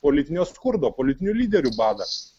politinio skurdo politinių lyderių badą